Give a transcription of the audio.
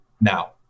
Now